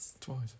Twice